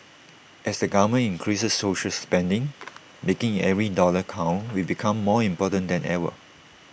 as the government increases social spending making every dollar count will become more important than ever